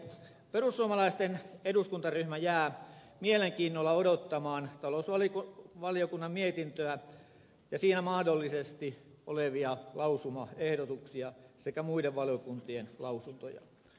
perussuomalaisten eduskuntaryhmä jää mielenkiinnolla odottamaan talousvaliokunnan mietintöä ja siinä mahdollisesti olevia lausumaehdotuksia sekä muiden valiokuntien lausuntoja